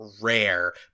rare